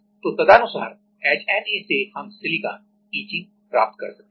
तो तदनुसार एचएनए से हम सिलिकॉन इचिंग प्राप्त कर सकते हैं